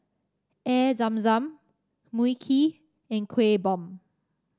Air Zam Zam Mui Kee and Kueh Bom